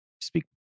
speak